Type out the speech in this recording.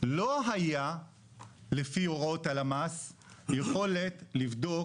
לא היה לפי הוראות הלמ"ס יכולת לבדוק